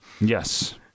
Yes